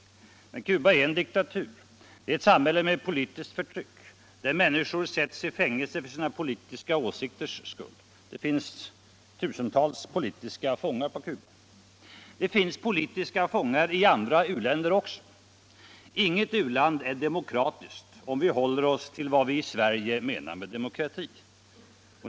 Cuba är "emellertid en diktatur, ett samhälle med politiskt förtryck där människor sätts i fängelse för sina politiska åsikters skull. Det finns tusentals politiska fångar på Cuba. Det finns politiska fångar i andra u-länder också. Inget u-land är demokratiskt, om vi håller oss till vad vi i Sverige menar med demokrati.